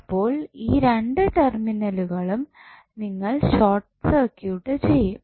അപ്പോൾ ഈ രണ്ടു ടെർമിനലുകളും നിങ്ങൾ ഷോർട്ട് സർക്യൂട്ട് ചെയ്യും